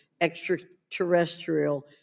extraterrestrial